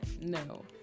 no